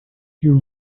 you